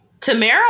Tamara